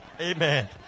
Amen